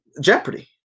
jeopardy